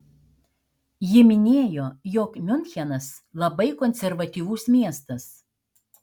ji minėjo jog miunchenas labai konservatyvus miestas